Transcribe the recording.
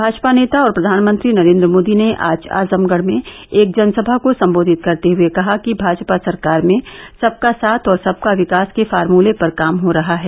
भाजपा नेता और प्रधानमंत्री नरेन्द्र मोदी ने आज आजमगढ़ में एक जनसभा को सम्बोधित करते हुये कहा कि भाजपा सरकार ने सबका साथ और सबका विकास के फार्मूले पर काम हो रहा है